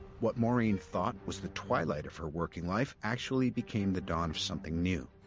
what maureen thought was the twilight of her working life actually became the dawn of something new,